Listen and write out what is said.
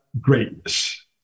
greatness